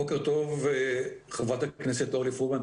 בוקר טוב חה"כ אורלי פרומן.